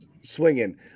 swinging